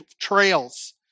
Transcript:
trails